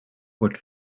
wordt